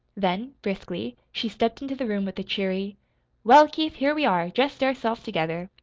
then, briskly, she stepped into the room with a cheery well, keith, here we are, just ourselves together.